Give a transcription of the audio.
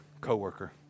coworker